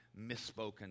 misspoken